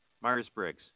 Myers-Briggs